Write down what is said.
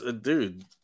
dude